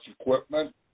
equipment